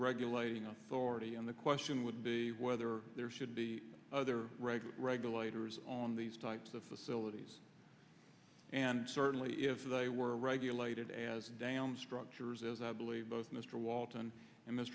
regulating up already and the question would be whether there should be other regular regulators on these types of facilities and certainly if they were regulated as down structures as i believe both mr walton